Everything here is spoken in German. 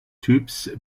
typs